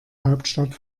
hauptstadt